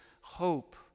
hope